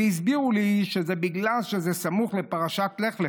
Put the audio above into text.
והסבירו לי שזה בגלל שזה סמוך לפרשת לך לך,